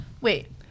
wait